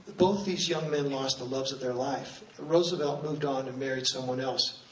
both these young men lost the loves of their life. roosevelt moved on and married someone else.